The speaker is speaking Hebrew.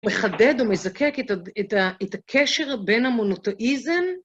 מחדד או מזקק את הקשר בין המונותאיזם